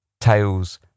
tales